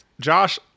Josh